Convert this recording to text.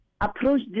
approach